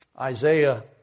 Isaiah